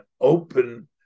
open